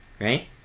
right